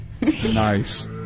Nice